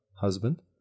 husband